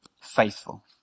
faithful